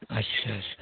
अच्छा अच्छा